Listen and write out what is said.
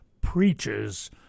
preaches